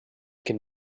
can